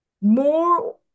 more